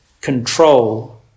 control